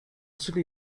city